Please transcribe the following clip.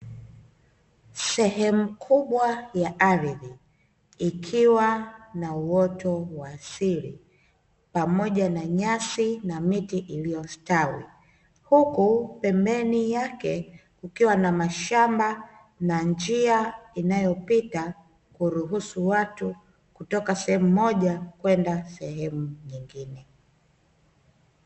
Sehemu kubwa ya ardhi ikiwa na uoto wa asili pamoja na nyasi na miti iliyostawi, huku pembeni yake kukiwa na mashamba na njia inayopita kuruhusu watu kutoka sehemu moja kwenda sehemu nyingine.